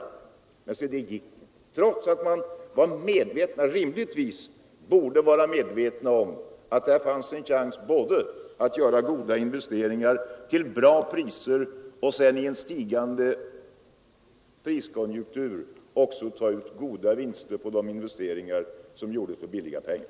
Men se det gick inte — trots att dessa företagare rimligtvis borde ha varit medvetna om att där fanns en chans både att göra goda investeringar till bra priser och att sedan i en stigande priskonjunktur också ta ut goda vinster på de investeringar som gjorts för billiga pengar.